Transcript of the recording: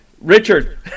Richard